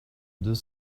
deux